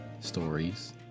Stories